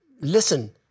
listen